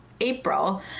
April